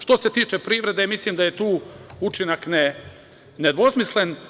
Što se tiče privrede, mislim da je tu učinak nedvosmislen.